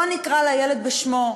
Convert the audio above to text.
בוא נקרא לילד בשמו.